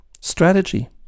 strategy